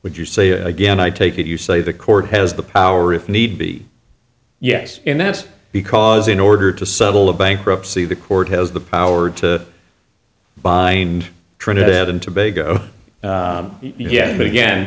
would you say again i take it you say the court has the power if need be yes and that's because in order to settle a bankruptcy the court has the power to bind trinidad and tobago yet again